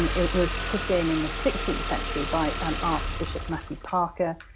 um it was put in in the sixteenth century by um archbishop matthew parker,